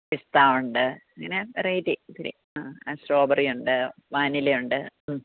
പിസ്ത ഉണ്ട് അങ്ങനെ വെറൈറ്റീ ഒത്തിരി ആ സ്ട്രോബറിയുണ്ട് വാനിലയുണ്ട് മ്മ്